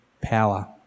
power